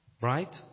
Right